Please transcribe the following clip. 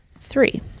Three